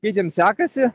kaip jiem sekasi